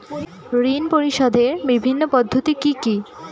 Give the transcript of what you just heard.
ঋণ পরিশোধের বিভিন্ন পদ্ধতি কি কি?